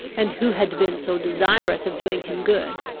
and who had been so desirous of doing him good,